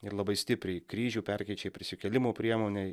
ir labai stipriai kryžių perkeičia į prisikėlimo priemonę